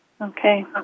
Okay